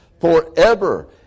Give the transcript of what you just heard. forever